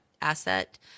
asset